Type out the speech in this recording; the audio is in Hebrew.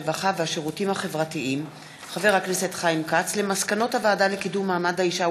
הרווחה והשירותים החברתיים חיים כץ על מסקנות הוועדה לקידום מעמד האישה